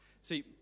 See